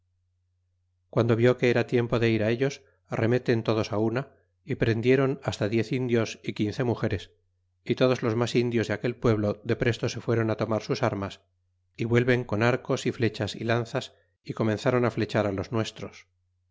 guando vió que era tiempo de ir ellos arre meten todos una y prendieron hasta diez indios y quince mugeres y todos los mas indios de aquel pueblo depresto se fueron tomar sus armas y vuelven con arcos y flechas y lanzas y comenzaron flechar á los nuestros